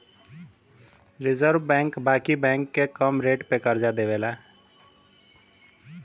reserve bank बाकी bank के कम रेट पे करजा देवेला